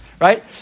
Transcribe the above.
right